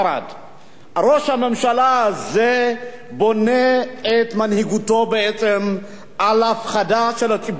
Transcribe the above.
ראש הממשלה הזה בונה את מנהיגותו בעצם על הפחדה של הציבור הישראלי,